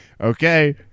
Okay